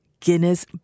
Guinness